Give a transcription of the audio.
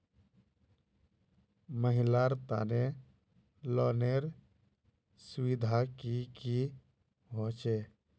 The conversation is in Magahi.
महिलार तने लोनेर सुविधा की की होचे?